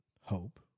hope